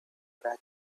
back